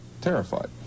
terrified